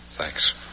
Thanks